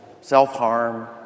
self-harm